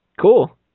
cool